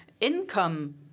income